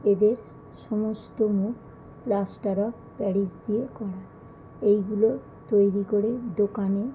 এদের সমস্ত মুখ প্লাস্টার অফ প্যারিস দিয়ে করা এইগুলো তৈরি করে দোকানে